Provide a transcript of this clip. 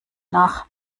nach